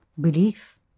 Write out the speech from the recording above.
belief